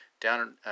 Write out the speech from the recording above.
down